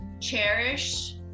cherish